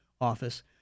office